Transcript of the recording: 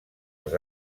als